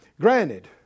granted